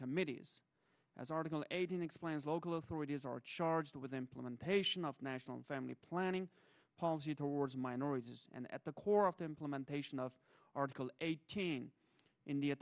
committees as article eighteen explains local authorities are charged with implementation of national family planning policy towards minorities and at the core of the implementation of article eighteen india